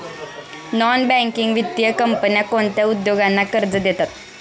Non banking वित्तीय कंपन्या कोणत्या उद्योगांना कर्ज देतात?